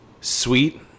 sweet